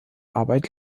arbeit